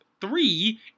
three